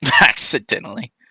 Accidentally